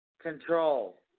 control